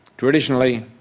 traditionally